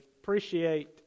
appreciate